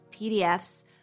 PDFs